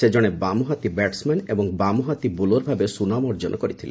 ସେ ଜଣେ ବାମହାତୀ ବ୍ୟାଟସମ୍ୟାନ୍ ଏବଂ ବାମହାତୀ ବୋଲର ଭାବେ ସୁନାମ ଅର୍ଜନ କରିଥିଲେ